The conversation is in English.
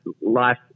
life